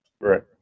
Right